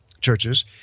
churches –